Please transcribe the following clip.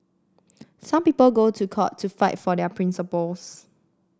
some people go to court to fight for their principles